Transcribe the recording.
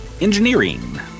engineering